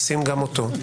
ישים גם אותו.